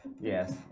Yes